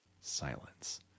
Silence